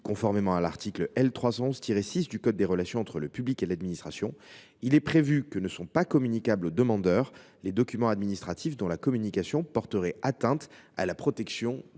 conformément à l’article L. 311 6 du code des relations entre le public et l’administration, il est prévu que ne sont pas communicables aux demandeurs les documents administratifs dont la communication « porterait atteinte à la protection de la